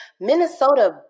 Minnesota